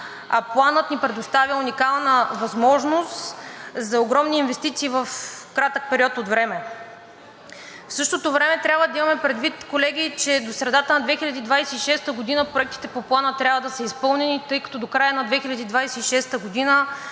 Планът ни предоставя уникална възможност за огромни инвестиции в кратък период от време. В същото време трябва да имаме предвид, колеги, че до средата на 2026 г. проектите по Плана трябва да са изпълнени, тъй като до края на 2026 г.